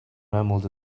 mammals